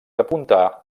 apuntar